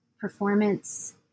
performance